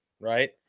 right